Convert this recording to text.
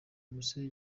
komisiyo